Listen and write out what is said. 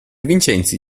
vincenzi